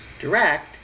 direct